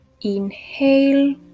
inhale